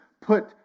put